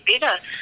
better